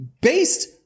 based